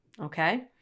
Okay